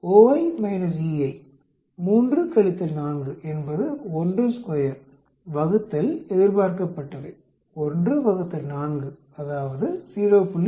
Oi Ei 3 - 4 என்பது 12 வகுத்தல் எதிர்பார்க்கப்பட்டவை 1 4 அதாவது 0